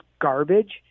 garbage